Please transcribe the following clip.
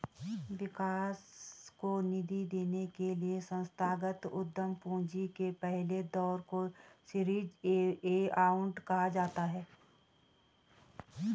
विकास को निधि देने के लिए संस्थागत उद्यम पूंजी के पहले दौर को सीरीज ए राउंड कहा जाता है